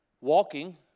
Walking